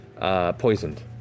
poisoned